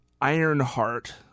Ironheart